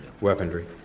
weaponry